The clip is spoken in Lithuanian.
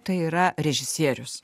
tai yra režisierius